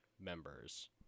members